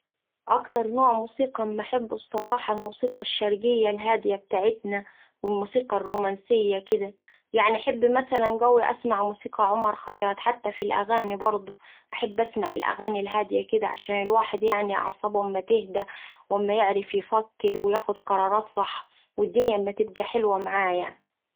أكتر نوع موسيقى اما أحبه الصراحة الموسيقى الشرقية الهادية بتاعتنا والموسيقى الرومانسية كدا يعني أحب مثلا قوي أسمع موسيقى عمر خيرت حتى في الأغاني برده أحب أسمع الأغاني الهادية كدا عشان الواحد يعني أعصابه اما تهدى واما يعرف يفكر وياخد قرارات صح والدنيا اما تبقا حلوة معاه يعني